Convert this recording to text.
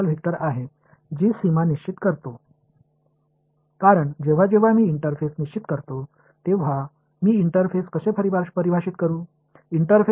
மாணவர் எண்டு காப் எல்லையை வரையறுப்பது இந்த மேற்பரப்பிற்கான சாதாரண வெக்டர் தான் ஏனென்றால் நான் ஒரு இன்டெர்ஃபேஸ் வரையறுக்கும்போதெல்லாம் இன்டெர்ஃபேஸை எவ்வாறு வரையறுப்பது